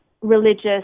religious